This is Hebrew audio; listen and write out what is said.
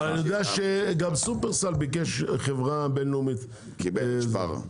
אני יודע שגם שופרסל ביקשו חברה בין לאומית --- קיבלו כבר.